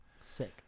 Sick